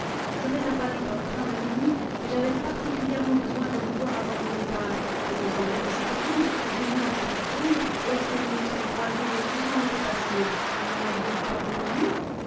je vais à paris par le train de minuit et j'avais particulièrement besoin de vous voir avant mon départ il me semblait que c'était vous ou du moins votre fourrure lorsque nous nous sommes croisés mais je n'en étais pas sûr ne maviez vous pas reconnu